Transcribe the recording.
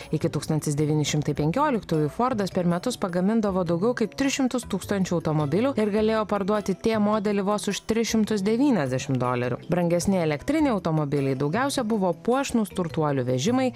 iki tūkstantis devyni šimtai penkioliktųjų fordas per metus pagamindavo daugiau kaip tris šimtus tūkstančių automobilių ir galėjo parduoti t modelį vos už tris šimtus devyniasdešimt dolerių brangesni elektriniai automobiliai daugiausia buvo puošnūs turtuolių vežimai